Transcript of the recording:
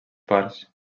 parts